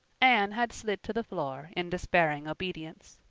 anne had slid to the floor in despairing obedience.